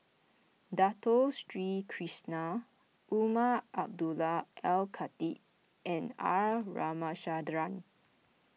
Dato Sri Krishna Umar Abdullah Al Khatib and R Ramachandran